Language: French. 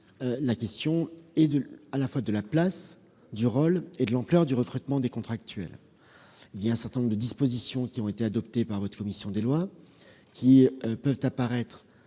la question à la fois de la place, du rôle et de l'ampleur du recrutement des contractuels. Un certain nombre de dispositions adoptées par votre commission des lois peuvent paraître,